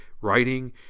writing